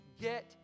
get